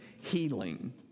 healing